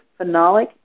phenolic